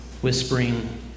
whispering